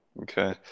Okay